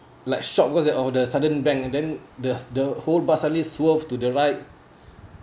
like shock because of the sudden bang then the the whole bus suddenly swerved to the right